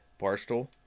Barstool